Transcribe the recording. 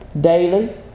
daily